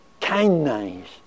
kindness